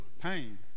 pain